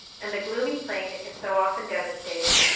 and the gloomy plain it has so often devastated,